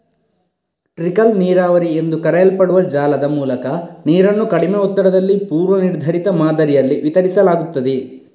trickle ನೀರಾವರಿ ಎಂದು ಕರೆಯಲ್ಪಡುವ ಜಾಲದ ಮೂಲಕ ನೀರನ್ನು ಕಡಿಮೆ ಒತ್ತಡದಲ್ಲಿ ಪೂರ್ವ ನಿರ್ಧರಿತ ಮಾದರಿಯಲ್ಲಿ ವಿತರಿಸಲಾಗುತ್ತದೆ